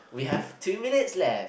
we have two minutes left